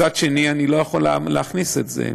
מצד שני, אני לא יכול להכניס את זה.